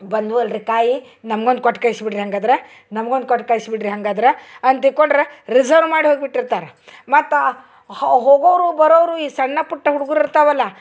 ಬಂದ್ವಲ್ರಿ ಕಾಯಿ ನಮ್ಗೊಂದು ಕೊಟ್ಟು ಕಳ್ಶ್ಬಿಡ್ರಿ ಹಂಗಾದ್ರೆ ನಮ್ಗೊಂದು ಕೊಟ್ಟು ಕಳ್ಶ್ಬಿಡ್ರಿ ಹಂಗಾದ್ರೆ ಅಂತ ರಿಝರ್ವ್ ಮಾಡಿ ಹೋಗ್ಬಿಟ್ಟಿರ್ತಾರೆ ಮತ್ತೆ ಹೋಗೋವರು ಬರೋವರು ಈ ಸಣ್ಣ ಪುಟ್ಟ ಹುಡ್ಗುರು ಇರ್ತಾವಲ್ಲ